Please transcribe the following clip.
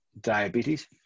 diabetes